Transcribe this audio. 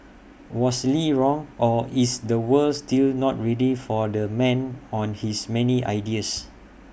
was lee wrong or is the world still not ready for the man on his many ideas